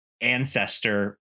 ancestor